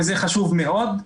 וזה חשוב מאוד,